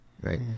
right